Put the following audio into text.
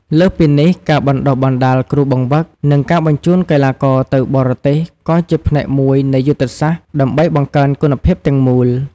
លើសពីនេះ ការបណ្ដុះបណ្ដាលគ្រូបង្វឹក និងការបញ្ជូនកីឡាករទៅបរទេស ក៏ជាផ្នែកមួយនៃយុទ្ធសាស្ត្រដើម្បីបង្កើនគុណភាពទាំងមូល។